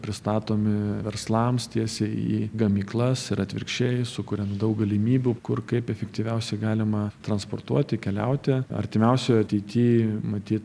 pristatomi verslams tiesiai į gamyklas ir atvirkščiai sukuriant daug galimybių kur kaip efektyviausiai galima transportuoti keliauti artimiausioj ateityj maty